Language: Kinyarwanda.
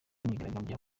myigaragambyo